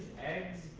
eggs